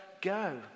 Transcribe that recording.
Go